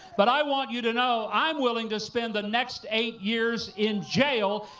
but i want you to know, i am willing to spend the next eight years in jail,